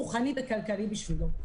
רוחני וכלכלי בשבילו.